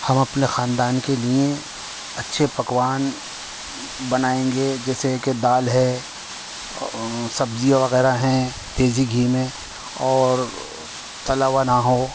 ہم اپنے خاندان کے لیے اچھے پکوان بنائیں گے جیسے کہ دال ہے اور سبزیاں وغیرہ ہیں دیسی گھی میں اور تلا ہوا نہ ہو